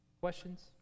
Questions